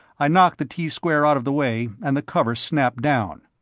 i knocked the t-square out of the way and the cover snapped down.